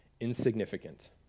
insignificant